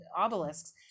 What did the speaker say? obelisks